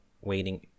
waiting